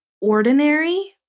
ordinary